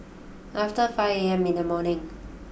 after five A M in the morning